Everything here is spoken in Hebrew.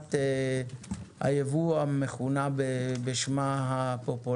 ברפורמת הייבוא, כפי שהיא מכונה בשמה הפופולארי,